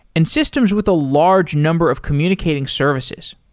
and systems with a large number of communicating services.